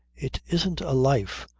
it isn't a life,